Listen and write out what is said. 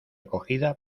acogida